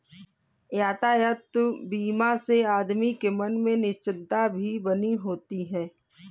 यातायात बीमा से आदमी के मन में निश्चिंतता भी बनी होती है